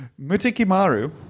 Mutikimaru